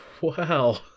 Wow